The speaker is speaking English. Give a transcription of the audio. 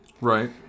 Right